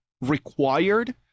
required